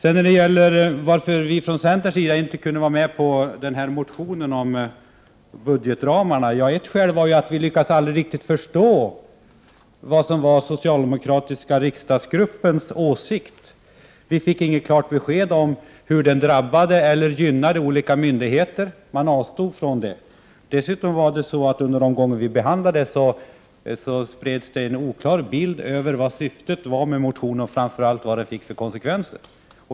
Ett skäl till att centern inte kunde stödja motionen om budgetramarna var att vi aldrig riktigt lyckades förstå vad som var den socialdemokratiska riksdagsgruppens åsikt. Vi fick inget klart besked om hur förslaget skulle drabba eller gynna olika myndigheter. Socialdemokraterna avstod från att redovisa detta. De gånger vi behandlade förslaget spreds dessutom en oklar bild av vad syftet med motionen var och framför allt vad den skulle få för konsekvenser.